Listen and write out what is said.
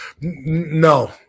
no